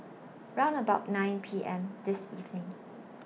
round about nine P M This evening